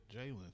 Jalen